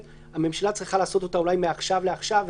צריכה להיעשות אולי מעכשיו לעכשיו,